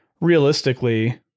realistically